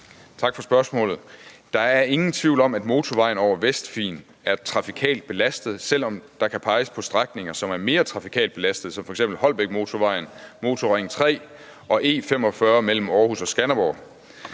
Tak for spørgsmålet. Der er ingen tvivl om, at motorvejen over Vestfyn er trafikalt belastet, selv om der kan peges på strækninger, som er mere trafikalt belastet, som f.eks. Holbækmotorvejen, Motorring 3 og E 45 mellem Aarhus og Skanderborg.